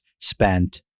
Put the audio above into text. spent